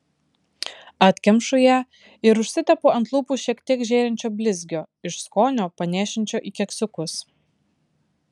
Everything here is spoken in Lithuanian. atkemšu ją ir užsitepu ant lūpų šiek tiek žėrinčio blizgio iš skonio panėšinčio į keksiukus